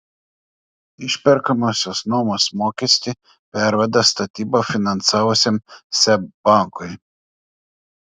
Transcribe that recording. išperkamosios nuomos mokestį perveda statybą finansavusiam seb bankui